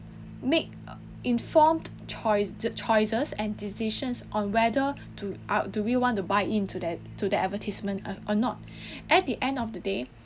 make uh informed choi~ choices and decisions on whether to ar~ do we want to buy in to that to that advertisement or or not at the end of the day